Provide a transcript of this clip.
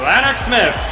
vanek smith